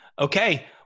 Okay